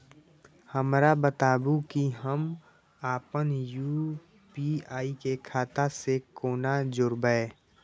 हमरा बताबु की हम आपन यू.पी.आई के खाता से कोना जोरबै?